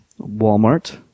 Walmart